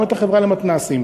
גם את החברה למתנ"סים,